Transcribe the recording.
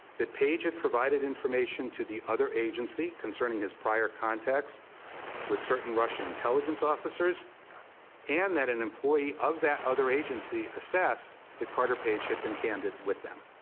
page had provided information to the other agency concerning his prior contacts with certain russian intelligence officers and that an employee of that other agency assessed that carter page had been candid with them.